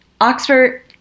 Oxford